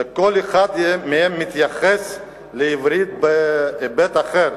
שכל אחד מהם מתייחס לעברית בהיבט אחר,